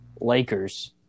Lakers